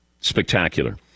Spectacular